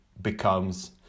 becomes